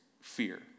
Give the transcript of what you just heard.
fear